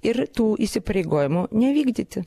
ir tų įsipareigojimų nevykdyti